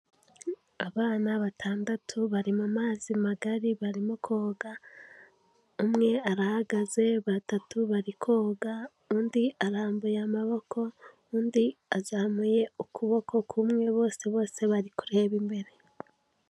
Abana batandatu bari mu mazi magari barimo koga umwe arahagaze batatu bari koga, undi arambuye amaboko undi azamuye ukuboko kumwe bose bose bari kureba imbere.